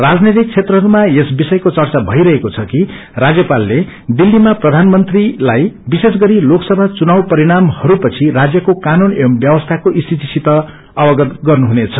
राजनैतिक क्षेत्रहरू यस विषयको चर्चा भइरहेको छ कि राज्यपाल दिल्लीमा प्रधानमंत्रीलाई विशेष गरी लोकसभा चुनाव परिणामहरूपछि राज्यको कानून एवं व्यवस्थाको स्थितिसति अवगत गर्नुहुनंछ